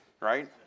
right